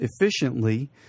efficiently